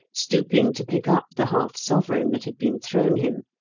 stooping to pick up the half-sovereign that had been thrown him,